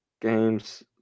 Games